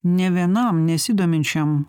nė vienam nesidominčiam